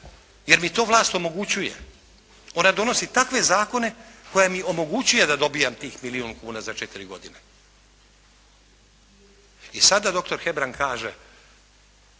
jer mi to vlast omogućuje. Ona donosi takve zakone koji mi omogućuju da dobijem tih milijun kuna za tih četiri godine. I sada doktor Hebrang kaže